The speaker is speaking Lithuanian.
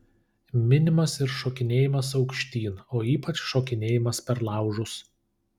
minimas ir šokinėjimas aukštyn o ypač šokinėjimas per laužus